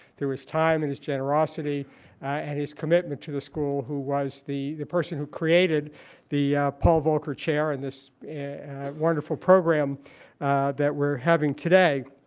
through his time and his generosity and his commitment to the school, who was the the person who created the paul volcker chair and this wonderful program that we're having today.